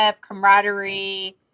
camaraderie